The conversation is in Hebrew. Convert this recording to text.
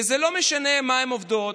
וזה לא משנה במה הן עובדות.